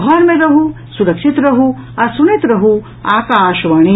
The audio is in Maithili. घर मे रहू सुरक्षित रहू आ सुनैत रहू आकाशवाणी